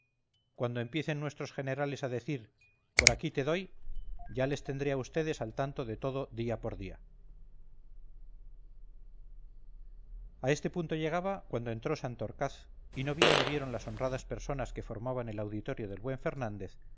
cuando empiecen nuestros generales a decir por aquí te doy ya les tendré a vds al tanto de todo día por día a este punto llegaba cuando entró santorcaz y no bien le vieron las honradas personas que formaban el auditorio del buen fernández